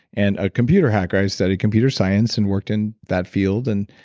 and a computer hacker. i studied computer science and worked in that field and